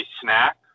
snack